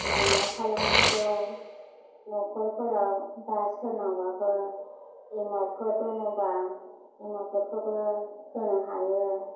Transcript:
जों मा खालायनांगौ न'खरफोराव बा सोरनावबाफोर एमावफोर दङ'बा एमावफोरखौबो होनो हायो